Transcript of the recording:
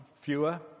fewer